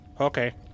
Okay